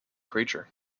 creature